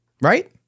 right